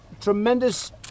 tremendous